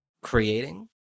creating